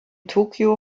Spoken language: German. tokio